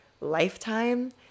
lifetime